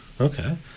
Okay